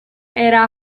era